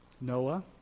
Noah